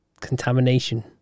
contamination